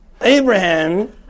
Abraham